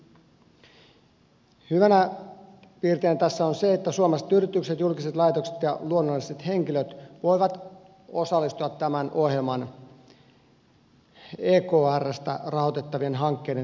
hyvänä piirteenä tässä on se että suomalaiset yritykset julkiset laitokset ja luonnolliset henkilöt voivat osallistua tämän ohjelman ekrstä rahoitettavien hankkeiden tarjouskilpailuihin